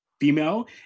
female